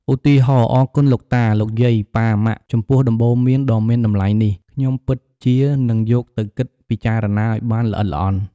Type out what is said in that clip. ឧទាហរណ៍ អរគុណលោកតា លោកយាយ ប៉ា ម៉ាក់ ចំពោះដំបូន្មានដ៏មានតម្លៃនេះ ខ្ញុំពិតជានឹងយកទៅគិតពិចារណាឲ្យបានល្អិតល្អន់។